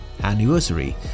anniversary